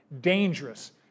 dangerous